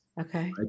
Okay